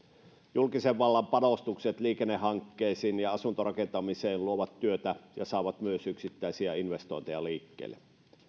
julkisen vallan panostukset liikennehankkeisiin ja asuntorakentamiseen luovat työtä ja saavat myös yksittäisiä investointeja liikkeelle